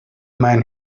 man